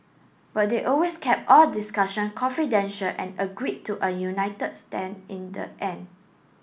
but they always kept all discussion confidential and agreed to a united stand in the end